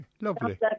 lovely